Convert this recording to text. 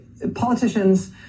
politicians